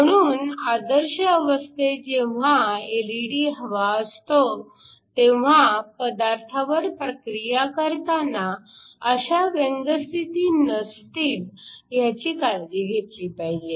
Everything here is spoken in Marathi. म्हणून आदर्श अवस्थेत जेव्हा एलईडी हवा असतो तेव्हा पदार्थावर प्रक्रिया करताना अशा व्यंग स्थिती नसतील ह्याची काळजी घेतली पाहिजे